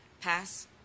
pass